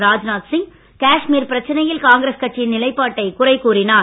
ராஜ்நாத் சிங் காஷ்மீர் பிரச்னையில் காங்கிரஸ் கட்சியின் நிலைப்பாட்டை குறை கூறினார்